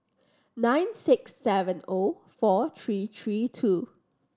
nine six seven O four three three two